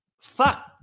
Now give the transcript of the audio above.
Fuck